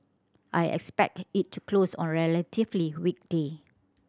I expect it to close on relatively weak day